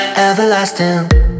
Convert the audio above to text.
Everlasting